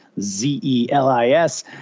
Z-E-L-I-S